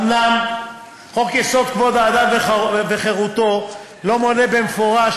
אומנם חוק-יסוד: כבוד האדם וחירותו לא מונה במפורש